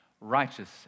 Righteous